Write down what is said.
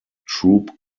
troop